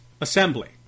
assembly